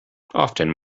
often